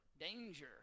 danger